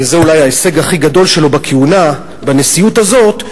וזה אולי ההישג הכי גדול שלו בכהונה בנשיאות הזאת,